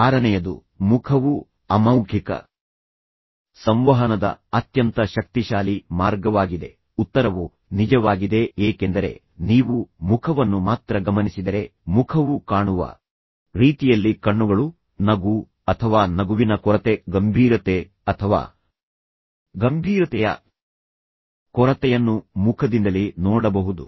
ಆರನೆಯದು ಮುಖವು ಅಮೌಖಿಕ ಸಂವಹನದ ಅತ್ಯಂತ ಶಕ್ತಿಶಾಲಿ ಮಾರ್ಗವಾಗಿದೆ ಉತ್ತರವು ನಿಜವಾಗಿದೆ ಏಕೆಂದರೆ ನೀವು ಮುಖವನ್ನು ಮಾತ್ರ ಗಮನಿಸಿದರೆ ಮುಖವು ಕಾಣುವ ರೀತಿಯಲ್ಲಿ ಕಣ್ಣುಗಳು ನಗು ಅಥವಾ ನಗುವಿನ ಕೊರತೆ ಗಂಭೀರತೆ ಅಥವಾ ಗಂಭೀರತೆಯ ಕೊರತೆಯನ್ನು ಮುಖದಿಂದಲೇ ನೋಡಬಹುದು